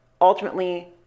ultimately